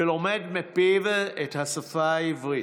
ולומד מפיו את השפה העברית,